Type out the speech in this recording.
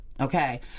Okay